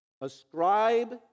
Ascribe